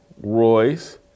Royce